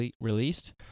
released